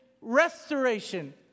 restoration